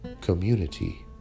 community